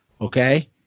Okay